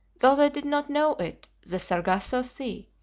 though they did not know it, the sargasso sea,